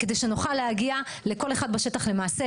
כדי שנוכל להגיע לכל אחד בשטח למעשה,